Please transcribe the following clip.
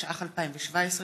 התשע"ח 2017,